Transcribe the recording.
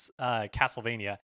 castlevania